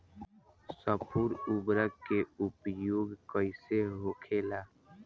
स्फुर उर्वरक के उपयोग कईसे होखेला?